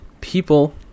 people